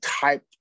type